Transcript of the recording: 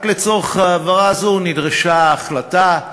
רק לצורך ההעברה הזאת נדרשה החלטה.